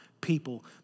people